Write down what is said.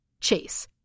Chase